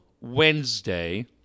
Wednesday